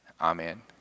Amen